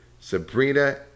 Sabrina